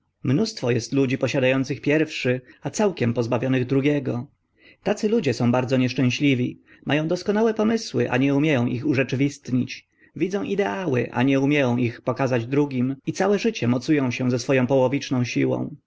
mnóstwo est ludzi posiada ących pierwszy a całkiem pozbawionych drugiego tacy ludzie są bardzo nieszczęśliwi ma ą doskonałe pomysły a nie umie ą ich urzeczywistnić widzą ideały a nie umie ą ich drugim pokazać i całe życie mocu ą się ze swo ą połowiczną siłą